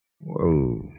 Whoa